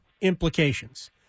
implications